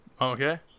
Okay